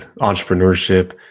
entrepreneurship